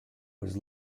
was